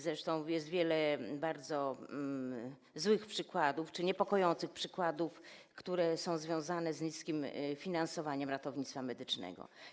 Zresztą jest wiele bardzo złych przykładów czy niepokojących przykładów, które są związane z niskim finansowaniem ratownictwa medycznego.